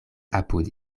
apud